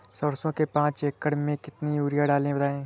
सरसो के पाँच एकड़ में कितनी यूरिया डालें बताएं?